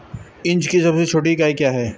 Inch की सबसे छोटी इकाई क्या है?